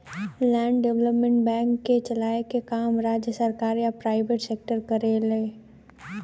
land development bank के चलाए के काम राज्य सरकार या प्राइवेट सेक्टर करेले सन